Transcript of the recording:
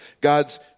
God's